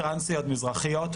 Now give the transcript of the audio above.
טרנסיות מזרחיות,